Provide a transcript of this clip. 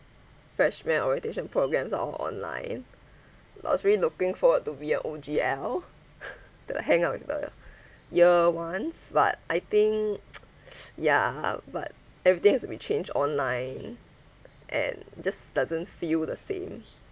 freshman orientation programs are all online I was really looking forward to be a O_G_L to hang out with the year ones but I think ya but everything has to be changed online and just doesn't feel the same